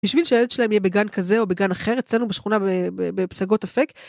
בשביל שהילד שלהם יהיה בגן כזה או בגן אחר, אצלנו בשכונה בפסגות אפק.